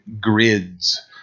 GRIDS